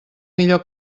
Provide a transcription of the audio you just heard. millor